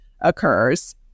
occurs